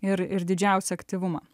ir ir didžiausią aktyvumą